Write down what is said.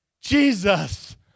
Jesus